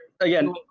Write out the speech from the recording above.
again